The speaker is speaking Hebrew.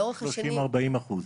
לאורך השנים --- ב-30-40 אחוז,